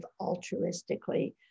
altruistically